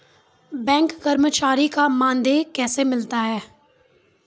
Bank कर्मचारी का मानदेय कैसे मिलता हैं?